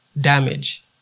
damage